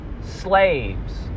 slaves